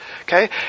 Okay